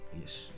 Yes